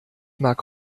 mag